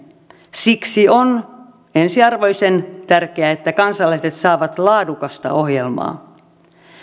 siksi on ensiarvoisen tärkeää että kansalaiset saavat laadukasta ohjelmaa